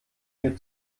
mir